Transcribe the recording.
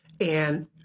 And-